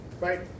right